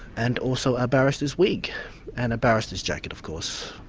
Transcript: and also a barrister's wig and a barrister's jacket of course.